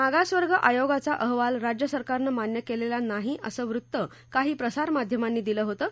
मागासवर्ग आयोगाचा अहवाल राज्य सरकारनं मान्य केलेला नाही असं वृत्त काही प्रसारमाध्यमांनी दिलं होतं